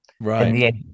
Right